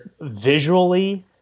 Visually